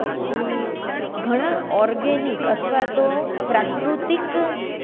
પછી ઘણા ઓર્ગેનિક અથવા તો પ્રાકૃતિક